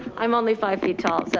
i'm only five feet tall,